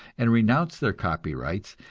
and renounce their copyrights,